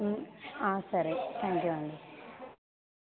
సరే థ్యాంక్యూ అండి